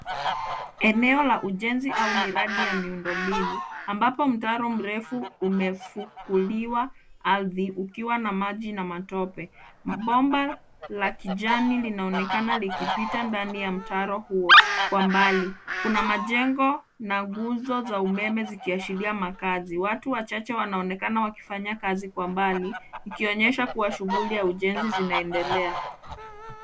Eneo la ujenzi au miradi ya miundombinu ambapo mtaro mrefu umefukuliwa ardhi ukiwa na maji na matope. Bomba la kijani linaonekana likipita ndani ya mtaro huo. Kwa mbali kuna majengo na nguzo za umeme zikikiashiria makazi. Watu wachache wanaonekana wakifanya kazi kwa mbali ikionyesha kuwa shughuli ya ujenzi zinaendelea.